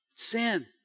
sin